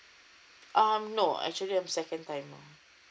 um no actually I'm second timer